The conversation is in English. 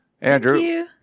Andrew